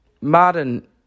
Martin